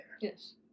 yes